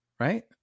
Right